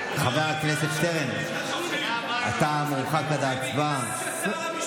חבר הכנסת שטרן, אתה מורחק עד הצבעה.